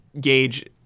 gauge